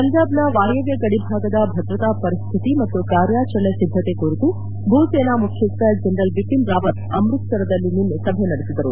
ಪಂಜಾಬ್ನ ವಾಯುವ್ಯ ಗಡಿ ಭಾಗದ ಭದ್ರತಾ ಪರಿಶ್ವಿತಿ ಮತ್ತು ಕಾರ್ಯಾಚರಣೆ ಸಿದ್ದತೆ ಕುರಿತು ಭೂ ಸೇನಾ ಮುಖ್ಯಸ್ಟ ಜನರಲ್ ಬಿಪಿನ್ ರಾವತ್ ಅಮೃತಸರದಲ್ಲಿ ನಿನ್ನೆ ಸಭೆ ನಡೆಸಿದರು